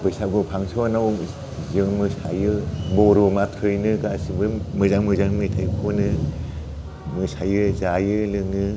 बैसागु फांसनाव जों मोसायो बर' माथ्र'यैनो गासैबो मोजां मोजां मेथाइ खनो मोसायो जायो लोङो